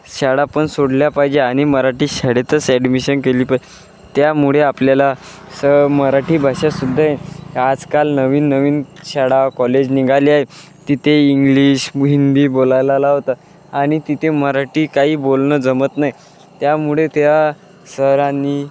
शाळा पण सोडल्या पाहिजे आणि मराठी शाळेतच ॲडमिशन केली पाहिजे त्यामुळे आपल्याला अस मराठी भाषा सुद्धा आजकाल नवीन नवीन शाळा कॉलेज निघाली आहे तिथे इंग्लिश हिंदी बोलायला लावता आणि तिथे मराठी काही बोलणं जमत नाही त्यामुळे त्या सरांनी